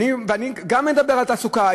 ואני גם מדבר על תעסוקה,